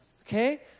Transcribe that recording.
Okay